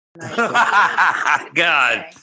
God